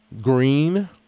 green